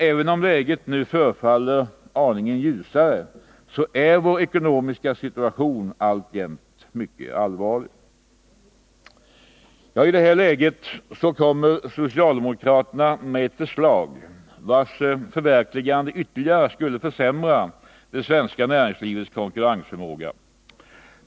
Även om läget nu förefaller aningen ljusare, är vår ekonomiska situation alltjämt mycket allvarlig. I detta läge kommer socialdemokraterna med ett förslag, vars förverkligande ytterligare skulle försämra det svenska näringslivets konkurrensförmåga.